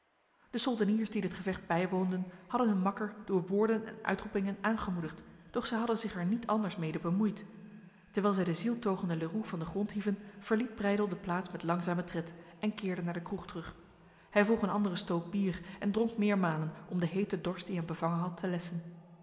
de soldeniers die dit gevecht bijwoonden hadden hun makker door woorden en uitroepingen aangemoedigd doch zij hadden zich er niet anders mede bemoeid terwijl zij de zieltogende leroux van de grond hieven verliet breydel de plaats met langzame tred en keerde naar de kroeg terug hij vroeg een andere stoop bier en dronk meermalen om de hete dorst die hem bevangen had te lessen